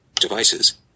Devices